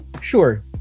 sure